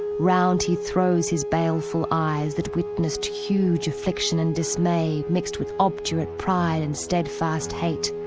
round he throws his baleful eyes that witnessed huge affliction and dismay mixed with obdurate pride and steadfast hate.